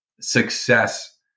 success